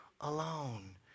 alone